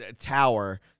tower